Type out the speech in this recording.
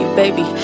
baby